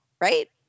Right